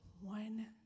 one